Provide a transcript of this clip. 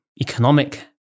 economic